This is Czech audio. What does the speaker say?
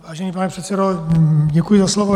Vážený pane předsedo, děkuji za slovo.